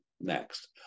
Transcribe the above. next